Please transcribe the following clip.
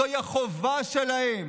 זוהי החובה שלהם.